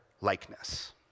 likeness